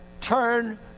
turn